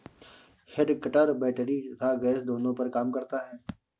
head cutter battery तथा gas दोनों पर काम करता है